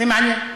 זה מעניין.